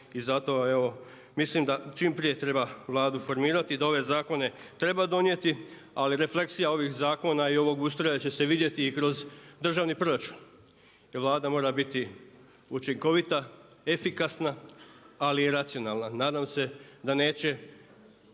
i zato evo mislim da čim prije treba Vladu formirati da ove zakone treba donijeti, ali refleksija ovih zakona i ovog ustroja će se vidjeti i kroz državni proračun jer Vlada mora biti učinkovita, efikasna ali i racionalna. Nadam se da neće